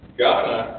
Ghana